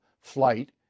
flight